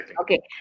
Okay